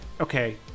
Okay